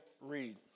read